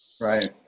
right